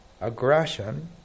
aggression